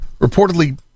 reportedly